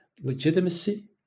legitimacy